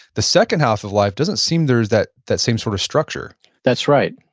the second half of life doesn't seem there's that that same sort of structure that's right,